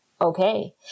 okay